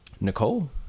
nicole